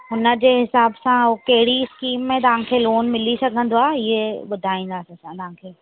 हुनजे हिसाब सां उहो कहिड़ी इस्कीम में तव्हांखे लोन मिली सघंदो आहे इएं ॿुधाईंदासीं तव्हांखे